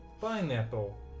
pineapple